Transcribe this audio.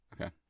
okay